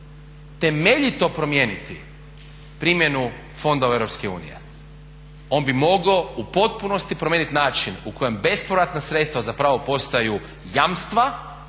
temeljito promijeniti primjenu fondova Europske unije. On bi mogao u potpunosti promijenit način u kojem bespovratna sredstva zapravo postaju jamstva,